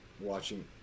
watching